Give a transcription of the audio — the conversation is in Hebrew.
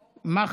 ברק,